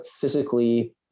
physically